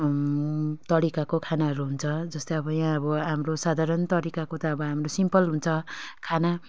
तरिकाको खानाहरू हुन्छ जस्तै अब यहाँ अब हाम्रो साधारण तरिकाको त अब हाम्रो सिम्पल हुन्छ खाना